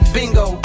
Bingo